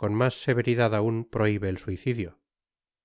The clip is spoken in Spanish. con mas severidad aun prohibe el suicidio